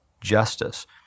justice